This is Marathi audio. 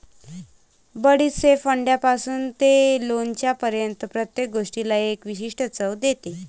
बडीशेप अंड्यापासून ते लोणच्यापर्यंत प्रत्येक गोष्टीला एक विशिष्ट चव देते